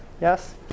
Yes